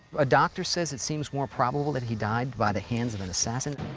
a doctor says it seems more probable that he died by the hands of an assassin?